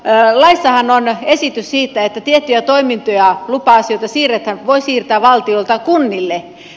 laissahan on esitys siitä että tiettyjä toimintoja lupa asioita voi siirtää valtiolta kunnille